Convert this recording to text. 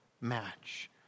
match